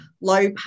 low